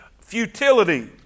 futility